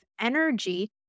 energy